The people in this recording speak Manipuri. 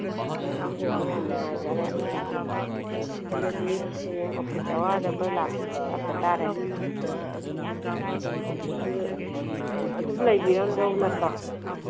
ꯑꯥ ꯑꯗꯨꯗꯤ ꯌꯥꯝ ꯅꯨꯡꯉꯥꯏꯖꯔꯦ ꯑꯗꯨꯗꯤ ꯍꯌꯦꯡ ꯑꯣꯐꯤꯁ ꯑꯋꯥꯔꯗ ꯑꯩꯈꯣꯏ ꯂꯥꯛꯆ ꯇꯥꯔꯦ ꯑꯗꯨ ꯑꯗꯨꯝ ꯂꯩꯕꯤꯔꯝꯗꯧ ꯅꯠꯇ꯭ꯔꯣ